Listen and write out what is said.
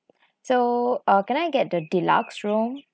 so uh can I get the deluxe room